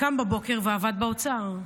שקם בבוקר ועבד באוצר,